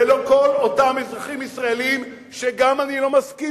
ולא כל אותם אזרחים ישראלים שגם אם אני לא מסכים